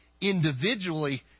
individually